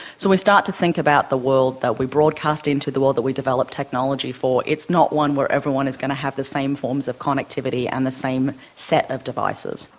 so we start to think about the world that we broadcast into, the world that we develop technology for. it's not one where everyone is going to have the same forms of connectivity and the same set of devices.